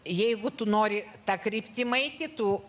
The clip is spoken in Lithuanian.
jeigu tu nori ta kryptim eiti tu